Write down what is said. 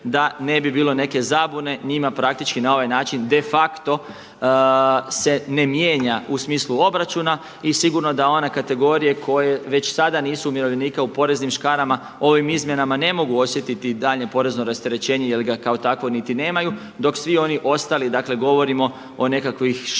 da ne bi bilo neke zabune njima praktički na ovaj način de facto se ne mijenja u smislu obračuna i sigurno da one kategorije koje već sada nisu umirovljenika u poreznim škarama ovim izmjenama ne mogu osjetiti daljnje porezno rasterećenje jer ga kao takvo niti nemaju. Dok svi oni ostali, dakle govorimo o nekakvih 600 i